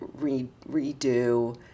redo